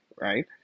Right